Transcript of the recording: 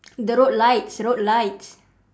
the road lights road lights